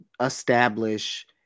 establish